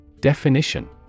Definition